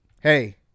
hey